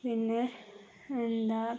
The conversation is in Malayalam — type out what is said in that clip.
പിന്നെ എന്താണ്